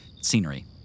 scenery